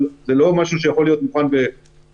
אבל זה לא משהו שיכול להיות מוכן בשבוע-שבועיים.